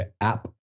App